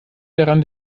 daran